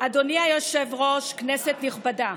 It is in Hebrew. גברתי היושבת-ראש, כנסת נכבדה,